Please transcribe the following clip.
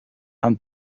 hunt